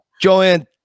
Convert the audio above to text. Joanne